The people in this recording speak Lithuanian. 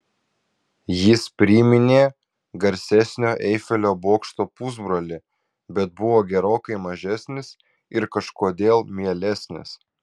jis priminė garsesnio eifelio bokšto pusbrolį bet buvo gerokai mažesnis ir kažkodėl mielesnis